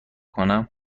کنم